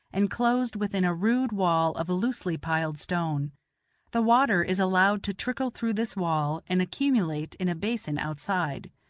enclosed within a rude wall of loosely-piled stone the water is allowed to trickle through this wall and accumulate in a basin outside.